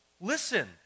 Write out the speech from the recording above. Listen